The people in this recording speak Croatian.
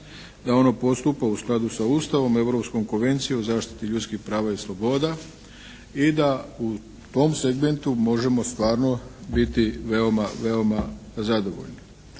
da ono postupa u skladu sa Ustavom, Europskom konvencijom o zaštiti ljudskih prava i sloboda i da u tom segmentu možemo stvarno biti veoma zadovoljni.